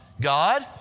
God